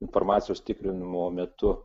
informacijos tikrinimo metu